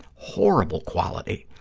horrible quality,